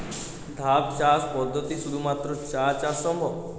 ধাপ চাষ পদ্ধতিতে শুধুমাত্র চা চাষ সম্ভব?